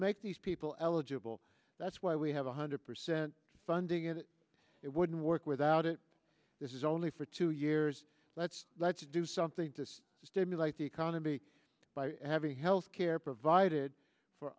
make these people eligible that's why we have one hundred funding it it wouldn't work without it this is only for two years let's let's do something to stimulate the economy by having health care provided for